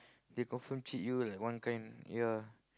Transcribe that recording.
they confirm cheat you like one kind ya